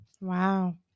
Wow